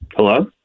Hello